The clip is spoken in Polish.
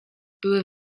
były